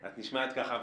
את נשמעת כך.